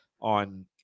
on